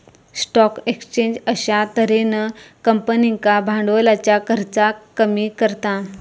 stock exchange अश्या तर्हेन कंपनींका भांडवलाच्या खर्चाक कमी करता